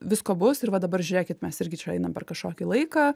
visko bus ir va dabar žiūrėkit mes irgi čia eina per kažkokį laiką